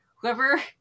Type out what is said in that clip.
Whoever